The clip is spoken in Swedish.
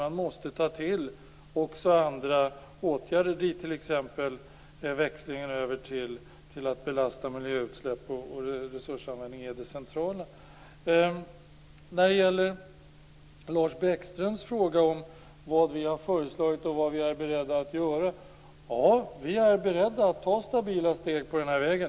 Därför måste man ta till också andra åtgärder, och då är en växling till att belasta miljöutsläpp och resursanvändning det centrala. Lars Bäckström frågade vad vi har föreslagit och vad vi är beredda att göra. Vi är beredda att ta stabila steg på den här vägen.